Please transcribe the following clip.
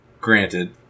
Granted